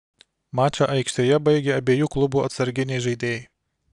mačą aikštėje baigė abiejų klubų atsarginiai žaidėjai